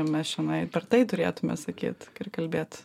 mes čionai per tai turėtume sakyt ir kalbėt